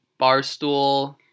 barstool